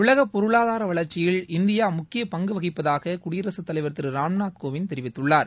உலக பொருளாதார வளர்ச்சியில் இந்தியா முக்கிய பங்கு வகிப்பதாக குடியரகத்தலைவர் திரு ராம்நாத் கோவிந்த் தெரிவித்துள்ளார்